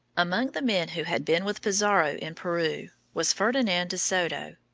among the men who had been with pizarro in peru was ferdinand de soto,